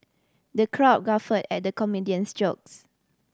the crowd guffawed at the comedian's jokes